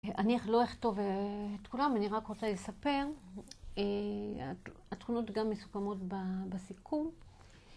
אני לא אכתוב את כולם, אני רק רוצה לספר, אה... התכונות גם מסוכמות בסיכום.